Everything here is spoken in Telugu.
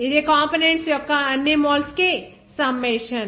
ఇది కంపోనెంట్స్ యొక్క అన్ని మోల్స్ కి సంమ్మేషన్